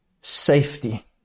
safety